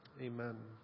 Amen